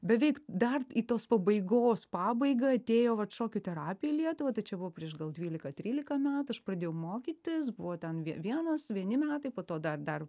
beveik dar į tos pabaigos pabaigą atėjo vat šokių terapija į lietuvą tai čia buvo prieš gal dvylika trylika metų aš pradėjau mokytis buvo ten vie vienas vieni metai po to dar dar